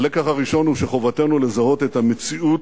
הלקח הראשון הוא שחובתנו לזהות את המציאות,